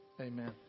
Amen